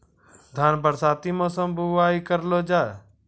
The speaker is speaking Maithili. धान बरसाती मौसम बुवाई करलो जा?